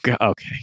Okay